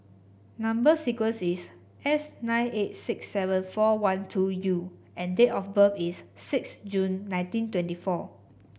number sequence is S nine eight six seven four one two U and date of birth is six June nineteen twenty four